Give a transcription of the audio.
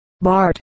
Bart